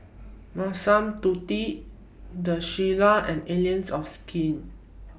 Massimo Dutti The Shilla and Allies of Skin